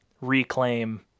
reclaim